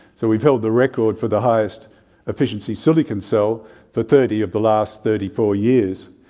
so we've held the record for the highest efficiency silicon cell for thirty of the last thirty four years.